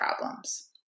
problems